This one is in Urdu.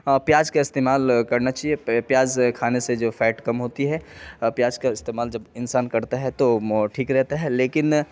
پیاز کا استعمال کرنا چاہیے پیاز کھانے سے جو فیٹ کم ہوتی ہے پیاز کا استعمال جب انسان کرتا ہے تو ٹھیک رہتا ہے لیکن